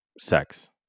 sex